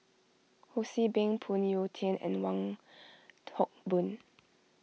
Ho See Beng Phoon Yew Tien and Wong Hock Boon